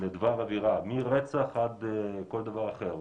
לדבר עבירה מרצח עד כל דבר אחר,